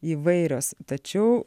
įvairios tačiau